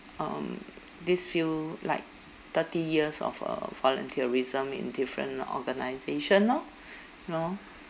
um this field like thirty years of uh volunteerism in different organisation lor you know